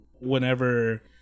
whenever